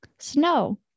Snow